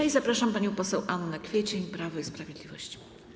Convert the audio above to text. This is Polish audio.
I zapraszam panią poseł Annę Kwiecień, Prawo i Sprawiedliwość.